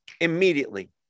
immediately